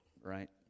right